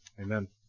amen